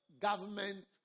government